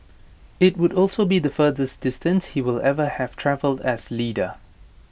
IT would also be the furthest distance he will ever have travelled as leader